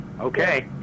Okay